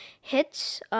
hits